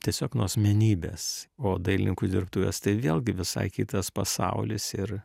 tiesiog nuo asmenybės o dailininkų dirbtuvės tai vėlgi visai kitas pasaulis ir